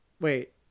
wait